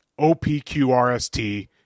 OPQRST